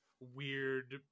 Weird